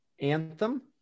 Anthem